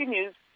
News